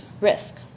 risk